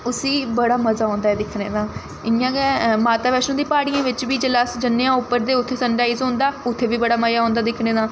उस्सी बड़ा मजा औंदा ऐ दिक्खने दा इ'यां गै माता बैष्णो दी प्हाड़ियें बिच्च बी जेल्लै अस जन्ने आं उप्पर ते उत्थै सन राईज होंदा उत्थै बी बड़ा मजा औंदा दिक्खने दा